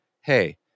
hey